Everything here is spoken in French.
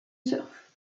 surf